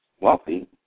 wealthy